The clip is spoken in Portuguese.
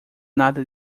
nada